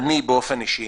אני באופן אישי